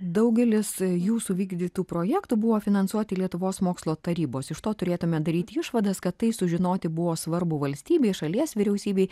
daugelis jūsų vykdytų projektų buvo finansuoti lietuvos mokslo tarybos iš to turėtume daryti išvadas kad tai sužinoti buvo svarbu valstybei šalies vyriausybei